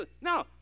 no